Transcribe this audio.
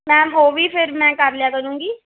ma'am ਉਹ ਵੀ ਫਿਰ ਮੈਂ ਕਰ ਲਿਆ ਕਰੂੰਗੀ